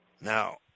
Now